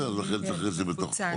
ביניהן עולה מצרפת שלצערנו מתגרשת,